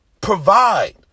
provide